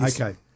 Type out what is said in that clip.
Okay